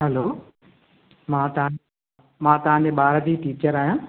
हलो मां तव्हां मां तव्हां जे ॿार जी टीचर आहियां